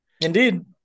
Indeed